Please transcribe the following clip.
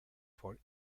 for